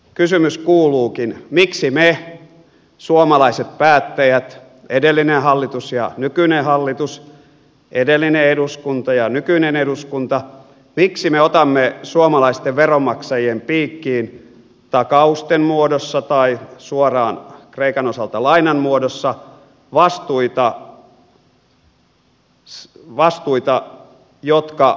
kysymys kuuluukin miksi me suomalaiset päättäjät edellinen hallitus ja nykyinen hallitus edellinen eduskunta ja nykyinen eduskunta otamme suomalaisten veronmaksajien piikkiin takausten muodossa tai kreikan osalta suoraan lainan muodossa vastuita jotka